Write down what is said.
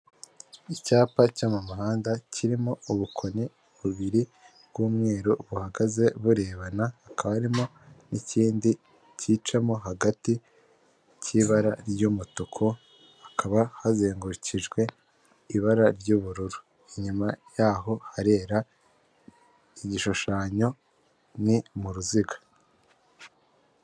Icyapa cyo mu muhanda kirimo ubukoni bubiri bw'umweru buhagaze burebana, hakaba harimo n'ikindi cyicamo hagati k'ibara ry'umutuku, hakaba hazengurukijwe ibara ry'ubururu, inyuma yaho harera, igishushanyo ni mu ruziga.